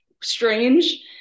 strange